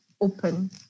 open